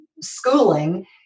schooling